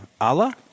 Allah